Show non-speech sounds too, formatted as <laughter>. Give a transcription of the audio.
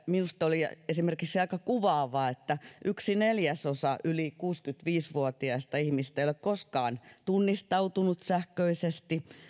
minusta oli <unintelligible> esimerkiksi aika kuvaavaa että <unintelligible> yksi neljäsosa yli kuusikymmentäviisi vuotiaista ihmisistä ei ole koskaan tunnistautunut sähköisesti <unintelligible>